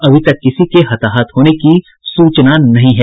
अभी तक किसी के हताहत होने की सूचना नहीं है